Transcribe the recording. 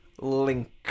link